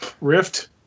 rift